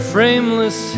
Frameless